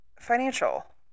financial